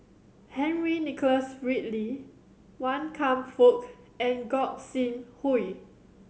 Henry Nicholas Ridley Wan Kam Fook and Gog Sing Hooi